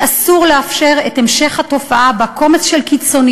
אסור לאפשר את המשך התופעה שבה קומץ של קיצונים